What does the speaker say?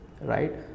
right